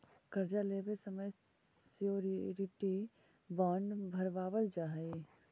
कर्जा लेवे समय श्योरिटी बॉण्ड भरवावल जा हई